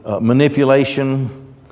manipulation